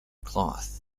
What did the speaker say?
cloth